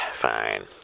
Fine